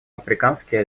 африканские